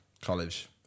college